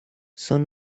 son